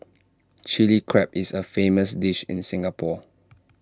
Chilli Crab is A famous dish in Singapore